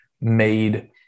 made